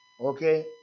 Okay